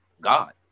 God